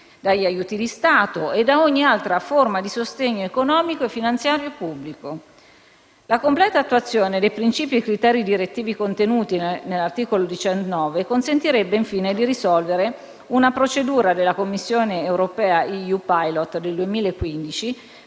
dagli aiuti di Stato e ogni altra forma di sostegno economico o finanziario pubblico. La completa attuazione dei principi e criteri direttivi contenuti all'articolo 19 consentirebbe, infine, di risolvere una procedura della Commissione europea EU *pilot* del 2015